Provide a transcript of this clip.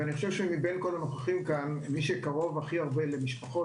ומבין כל הנוכחים כאן מי שקרוב הכי הרבה למשפחה